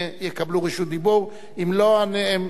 אם לא, רשות הדיבור שלהם נופלת.